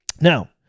Now